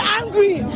angry